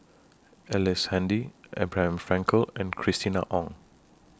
Ellice Handy Abraham Frankel and Christina Ong